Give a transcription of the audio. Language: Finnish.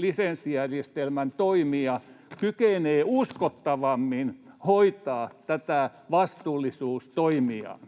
lisenssijärjestelmän toimija kykenee uskottavammin hoitamaan vastuullisuustoimiaan